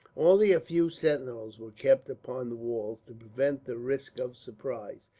only a few sentinels were kept upon the walls, to prevent the risk of surprise,